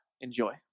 Enjoy